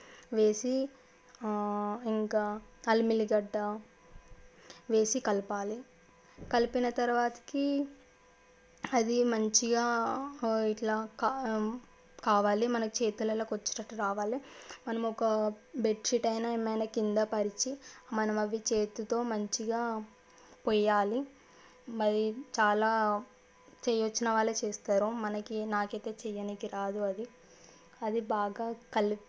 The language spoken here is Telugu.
వేసి ఇంకా అల్లం ఎల్లిగడ్డ వేసి కలపాలి కలిపిన తరువాతకి అది మంచిగా ఇట్లా కా కావాలి మనకి చేతులలోకి వచ్చేటట్టు రావాలి మనము ఒక బెడ్షీట్ అయినా ఏమైనా క్రింద పరిచి మనం అవి చేతితో మంచిగా పోయాలి మరి చాలా చేయ వచ్చిన వాళ్ళే చేస్తారు మనకి నాకు అయితే చేయడానికి రాదు అది అది బాగా కలిపి